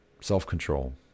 Self-control